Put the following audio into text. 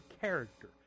character